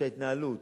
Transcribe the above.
שההתנהלות,